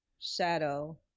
Shadow